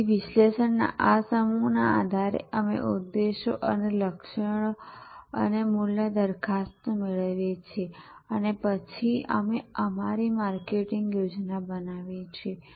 તેથી વિશ્લેષણના આ સમૂહના આધારે અમે આ ઉદ્દેશ્યો અને લક્ષ્યો અને મૂલ્ય દરખાસ્ત મેળવીએ છીએ અને તે પછી અમે અમારી માર્કેટિંગ યોજના બનાવીએ છીએ